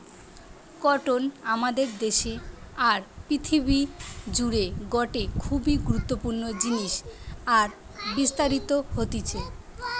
cotton আমাদের দেশে আর পৃথিবী জুড়ে গটে খুবই গুরুত্বপূর্ণ জিনিস আর বিস্তারিত হতিছে